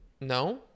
No